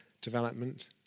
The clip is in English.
development